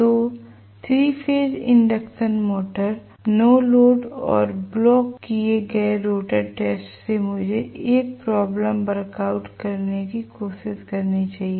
तो 3 phase induction motor no load और block किए गए रोटर टेस्ट से मुझे 1 प्रॉब्लम वर्कआउट करने की कोशिश करनी चाहिए